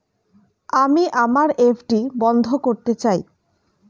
আমি আমার এফ.ডি বন্ধ করতে চাই